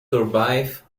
survived